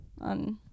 on